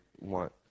want